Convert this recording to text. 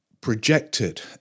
projected